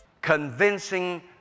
convincing